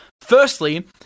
Firstly